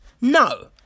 No